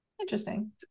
interesting